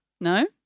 No